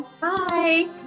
Bye